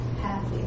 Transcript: happy